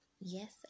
Yes